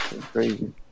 Crazy